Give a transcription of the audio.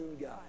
God